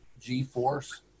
G-force